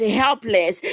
helpless